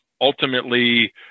ultimately